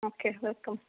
okay welcome